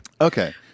Okay